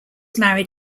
married